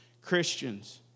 Christians